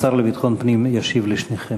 השר לביטחון פנים ישיב לשניכם.